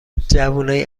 جوونای